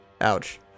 Ouch